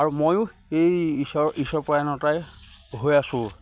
আৰু ময়ো এই ঈশ্বৰ ঈশ্বৰ পৰায়ণতাই হৈ আছোঁ